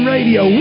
Radio